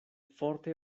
forte